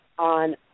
On